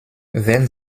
wenn